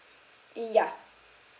y~ yeah